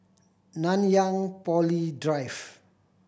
Nanyang Poly Drive